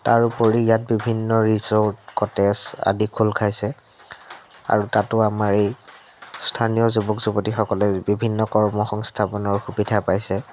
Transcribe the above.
তাৰোপৰি ইয়াত বিভিন্ন ৰিজৰ্ট কটেজ আদি খোল খাইছে আৰু তাতো আমাৰ এই স্থানীয় যুৱক যুৱতীসকলে বিভিন্ন কৰ্ম সংস্থাপনৰ সুবিধা পাইছে